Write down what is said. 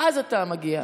ואז אתה מגיע.